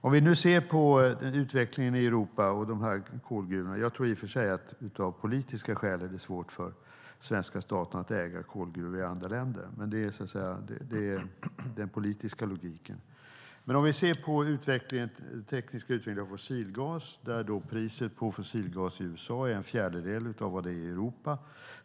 Låt oss se på utvecklingen i Europa och kolgruvorna. Jag tror i och för sig att det av politiska skäl är svårt för svenska staten att äga kolgruvor i andra länder, men det är den politiska logiken. När det gäller den tekniska utvecklingen av fossilgas är priset på fossilgas i USA en fjärdedel av det i Europa.